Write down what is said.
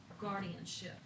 guardianship